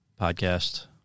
podcast